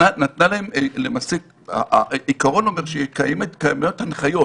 למעשה העיקרון אומר שקיימות הנחיות